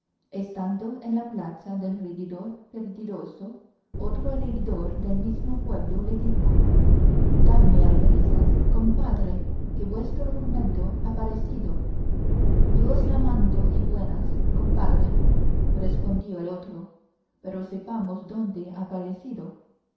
estando en la plaza el regidor perdidoso otro regidor del mismo pueblo le dijo dadme albricias compadre que vuestro jumento ha parecido yo os las mando y buenas compadre respondió el otro pero sepamos dónde